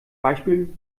beispiel